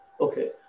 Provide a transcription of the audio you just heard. Okay